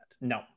No